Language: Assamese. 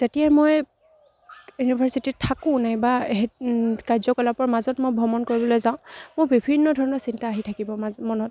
যেতিয়াই মই ইউনিভাৰ্চিটিত থাকোঁ নাইবা কাৰ্য কলাপৰ মাজত মই ভ্ৰমণ কৰিবলৈ যাওঁ মোৰ বিভিন্ন ধৰণৰ চিন্তা আহি থাকিব মাজত মনত